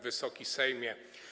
Wysoki Sejmie!